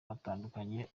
batandukanye